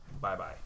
bye-bye